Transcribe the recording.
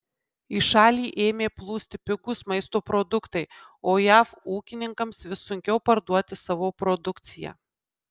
į šalį ėmė plūsti pigūs maisto produktai o jav ūkininkams vis sunkiau parduoti savo produkciją